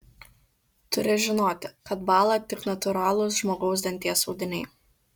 turi žinoti kad bąla tik natūralūs žmogaus danties audiniai